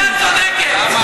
את צודקת.